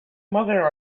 mother